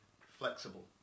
flexible